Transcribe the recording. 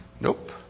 Nope